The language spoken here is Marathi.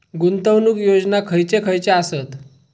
गुंतवणूक योजना खयचे खयचे आसत?